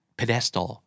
pedestal